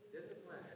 Discipline